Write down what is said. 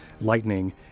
lightning